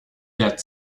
that